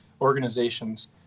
organizations